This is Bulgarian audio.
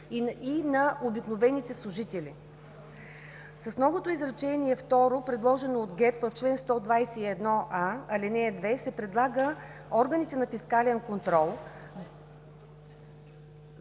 и на обикновените служители. С новото изречение второ, предложено от ГЕРБ в чл. 121а, ал. 2, се предлага органите на фискален контрол…